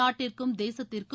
நாட்டிற்கும் தேசத்திற்கும்